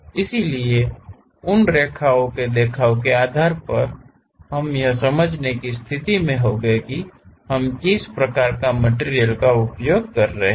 इसलिए उन रेखाओ के देखाव के आधार पर हम यह समझने की स्थिति में होंगे कि हम किस प्रकार की मटिरियल का उपयोग कर रहे हैं